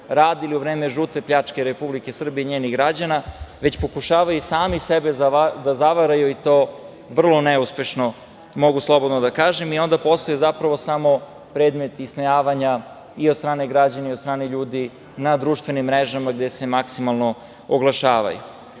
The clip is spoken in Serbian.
radili u vreme žute pljačke Republike Srbije i njenih građana, već pokušavaju sami sebe da zavaraju i to vrlo neuspešno, mogu slobodno da kažem, i onda postaju samo predmet ismejavanja i od strane građana i od strane ljudi na društvenim mrežama gde se maksimalno oglašavaju. Ono